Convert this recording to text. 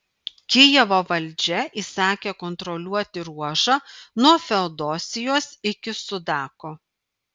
kijevo valdžia įsakė kontroliuoti ruožą nuo feodosijos iki sudako